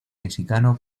mexicano